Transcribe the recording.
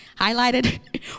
Highlighted